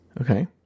Okay